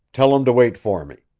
tell him to wait for me.